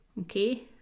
okay